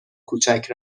کوچک